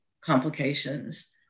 complications